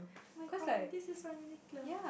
my god if this is from Uniqlo